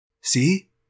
See